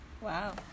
Wow